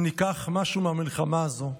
אם ניקח משהו מהמלחמה הזאת,